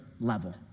level